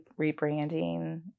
rebranding